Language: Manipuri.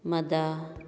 ꯃꯗꯥ